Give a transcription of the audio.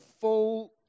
full